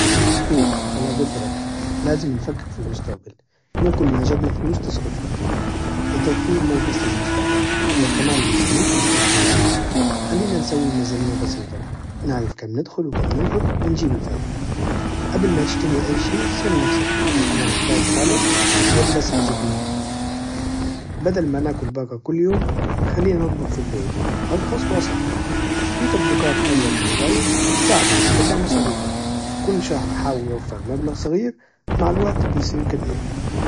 شوف أنا قلت لك لازم نفكر في المستقبل مو كل ما جتنا فلوس تصرفها، التوفير مو بس للمستقبل هو كمان بيخليك مرتاح البال، خلينا نسوي ميزانية بسيطة، نعرف كم ندخل، وكم ننفق، ونجيب الفرق، قبل ما تشتري أي شي سل نفسك هل أنا محتاجه فعلا؟ ولا بس عاجبني! بدل ما ناكل برة كل يوم خلينا نطبخ في البيت، أرخص وأصح، في تطبيقات حلوة للموبايل تساعدك تتتبع مصاريفك، كل شهر حاول توفر مبلغ صغير مع الوقت بيصير كبير.